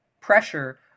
pressure